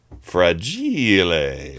fragile